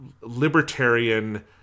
libertarian